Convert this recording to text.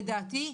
לדעתי,